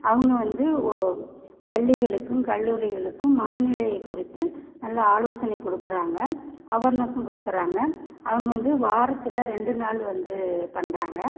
அவங்க வந்து பள்ளிகளுக்கும் கல்லூரிகளுக்கும் மனநிலை குறித்து நல்ல ஆலோசனை கொடுக்குறாங்க அவர்னஸ்ஸும் கொடுக்குறாங்க அவங்க வந்து வாரத்தில் ரெண்டு நாள் வந்து பண்ணுறாங்க